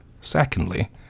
Secondly